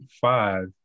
five